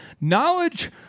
knowledge